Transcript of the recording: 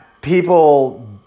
people